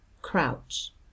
Crouch